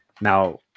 Now